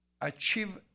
achieve